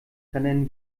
rendern